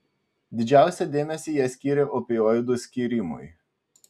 didžiausią dėmesį jie skyrė opioidų skyrimui